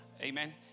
amen